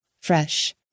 fresh